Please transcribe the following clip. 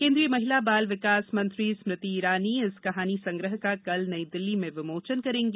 केन्द्रीय महिला बाल विकास मंत्री स्मृति ईरानी इस कहानी संग्रह का कल नई दिल्ली में विमोचन करेंगी